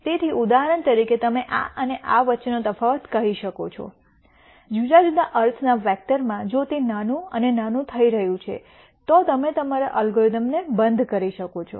તેથી ઉદાહરણ તરીકે તમે આ અને આ વચ્ચેનો તફાવત કહી શકો છો જુદા જુદા અર્થના વેક્ટરમાં જો તે નાનું અને નાનું થઈ રહ્યું છે તો તમે તમારા અલ્ગોરિધમનો બંધ કરી શકો છો